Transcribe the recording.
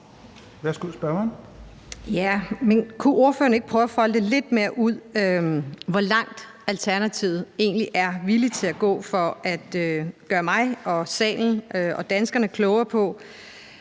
kunne ordføreren ikke prøve at folde lidt mere ud, hvor langt Alternativet egentlig er villig til at gå, for at gøre mig og salen og danskerne klogere på,